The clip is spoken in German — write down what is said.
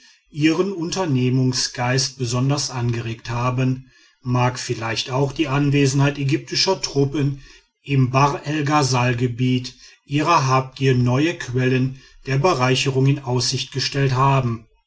ihren unternehmungsgeist besonders angeregt haben mag vielleicht auch die anwesenheit ägyptischer truppen im bahr el ghasal gebiet ihrer habgier neue quellen der bereicherung in aussicht gestellt haben